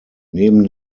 neben